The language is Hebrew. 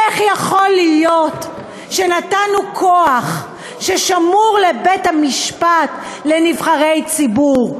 איך יכול להיות שנתנו כוח ששמור לבית-המשפט לנבחרי ציבור?